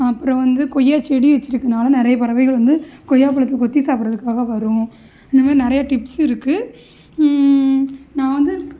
அப்புறம் வந்து கொய்யா செடி வச்சுருக்கனால நிறைய பறவைகள் வந்து கொய்யா பழத்தை கொத்தி சாப்பிற்றதுக்காக வரும் இந்த மாதிரி நிறையா டிப்ஸ் இருக்குது நான் வந்து